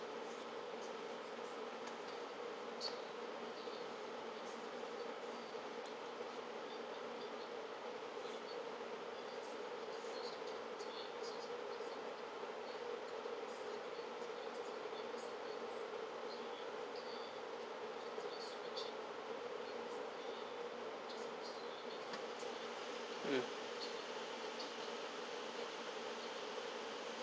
mm